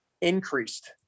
increased